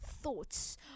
thoughts